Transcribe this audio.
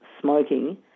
smoking